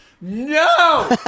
no